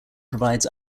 provides